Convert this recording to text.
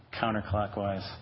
counterclockwise